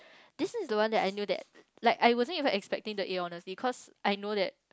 this is the one that I know that like I wasn't even expecting the A honestly cause I know that